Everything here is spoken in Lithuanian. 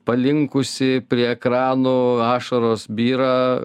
palinkusi prie ekranų ašaros byra